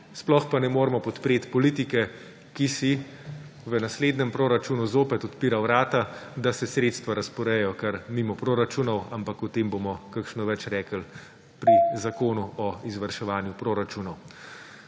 sploh pa ne moremo podpreti politike, ki si v naslednjem proračunu zopet odpira vrata, da se sredstva razporejajo kar mimo proračunov, ampak o tem bomo kakšno več rekli pri zakonu o izvrševanju proračunov.